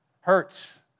Hurts